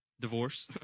Divorce